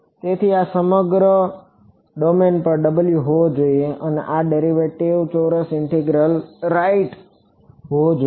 તેથી આ સમગ્ર ડોમેન પર આ W હોવો જોઈએ અને આ ડેરિવેટિવ ચોરસ ઈન્ટિગ્રેબલ રાઈટ હોવો જોઈએ